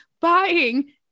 buying